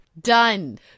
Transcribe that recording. Done